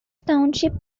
township